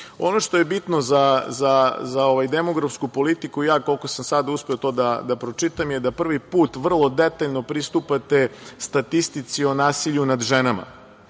što je bino za ovaj demografsku politiku, ja koliko sam sada uspeo to da pročitam, je da prvi put vrlo detaljno pristupate statistici o nasilju nad ženama